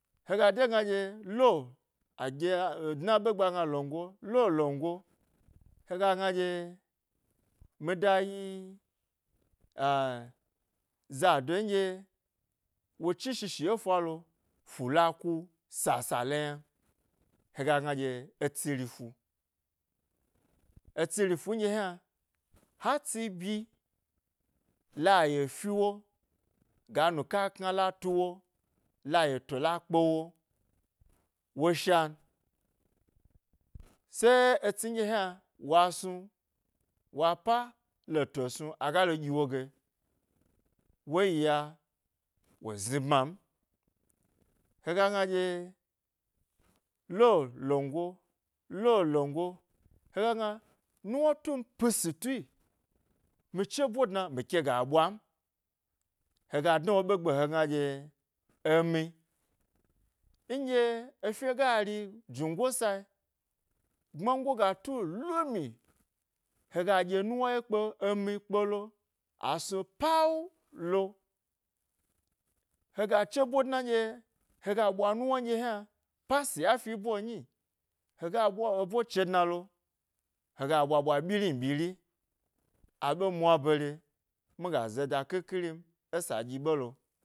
Hega degna dye lo agihe a dua he ɓe gbe agna longo, lo, longo hega gna ɗye mida yi a zado nɗye wo chni shishi efalo fula ku sasale yna hega gna ɗye, etsi rifu, etsi rifu nɗye hna ha tsi bi la eye fi wo la nuka kna la tuwo la ye to la kpewo wo shan tse etsi nɗye hna wa snu, wa pa lo tu snu aga lo ɗyi wo ge wo lya wo zni bman hega gna ɗye lo longo, lo longo hega gna nuwna tun pisi tuyi mi chebo dna mi kega ɓwa n hega dna wo ɓe gbe hegna ɗye emi nɗye efye gari jungo sayi gbango ga tu lumi hega ɗye nuwna ye kpe'o emi kpelo asrue pawulo heya chebo dna nɗye hega ɓwa nuwna nɗye yina pasiya fi e bo nyi hega eɓwa, ebo chedna lo hega ɓwa ɓwa ɓyiri nɓyiri aɓe mwa bare miga zoda ƙhi khirin esa ɗyi ɓelo.